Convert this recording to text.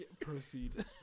Proceed